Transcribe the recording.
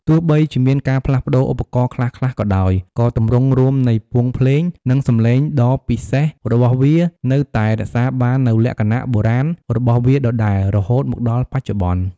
ទោះបីជាមានការផ្លាស់ប្តូរឧបករណ៍ខ្លះៗក៏ដោយ ក៏ទម្រង់រួមនៃវង់ភ្លេង និងសំឡេងដ៏ពិសេសរបស់វា នៅតែរក្សាបាននូវលក្ខណៈបុរាណរបស់វាដដែលរហូតមកដល់បច្ចុប្បន្ន។